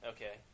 Okay